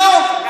לא.